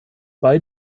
bei